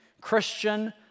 Christian